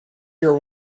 your